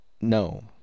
no